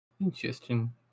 Interesting